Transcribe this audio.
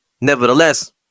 nevertheless